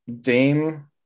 Dame